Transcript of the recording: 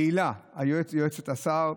להילה, יועצת השר,